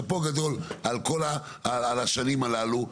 שאפו גדול על כל השנים הללו.